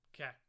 Okay